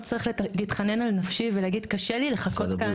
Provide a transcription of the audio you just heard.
שזה יהיה ידוע ושאני לא אצטרך להתחנן על נפשי ולהגיד: קשה לי לחכות כאן,